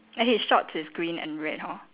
and his shorts is green and red hor